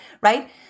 Right